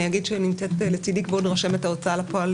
נמצאת לצדי כבוד רשמת ההוצאה לפועל,